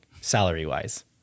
salary-wise